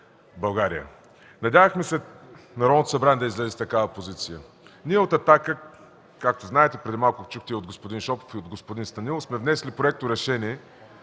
България. Надявахме се Народното събрание да излезе с такава позиция. Ние от „Атака”, както знаете и чухте преди малко от господин Шопов и от господин Станилов, сме внесли проекторешение,